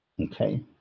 Okay